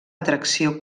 atracció